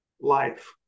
life